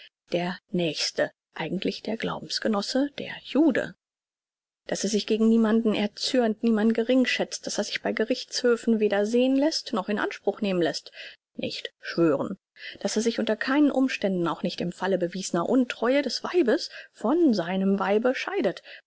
der nächste eigentlich der glaubensgenosse der jude daß er sich gegen niemanden erzürnt niemanden geringschätzt daß er sich bei gerichtshöfen weder sehn läßt noch in anspruch nehmen läßt nicht schwören daß er sich unter keinen umständen auch nicht im falle bewiesener untreue des weibes von seinem weibe scheidet